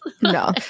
no